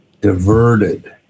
diverted